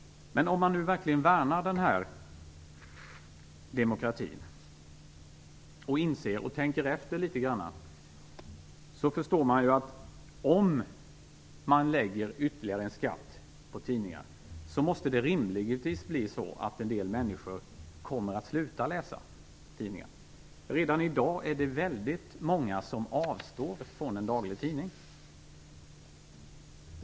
Om man verkligen värnar demokratin och tänker efter litet, förstår man att om man lägger ytterligare en skatt på tidningar måste det rimligtvis leda till att en del människor kommer att sluta att läsa tidningar. Redan i dag avstår väldigt många från den dagliga tidningen.